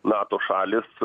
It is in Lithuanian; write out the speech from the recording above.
nato šalys